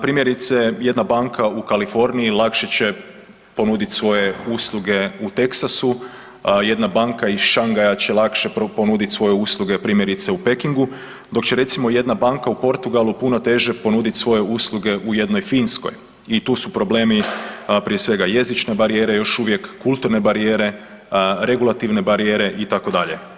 Primjerice, jedna banka u Kaliforniji lakše će ponuditi svoje usluge u Teksasu, jedna banka iz Šangaja će lakše ponudit svoje usluge primjerice u Pekingu dok će recimo jedna banka u Portugalu puno teže ponuditi svoje usluge u jednoj Finskoj i tu su problemi prije svega jezične barijere još uvije, kulturne barijere, regulativne barijere itd.